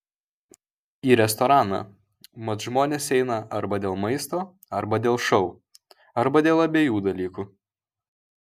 į restoraną mat žmonės eina arba dėl maisto arba dėl šou arba dėl abiejų dalykų